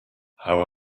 how